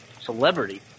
celebrity